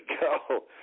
go